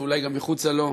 ואולי גם מחוץ לו,